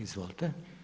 Izvolite.